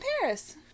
Paris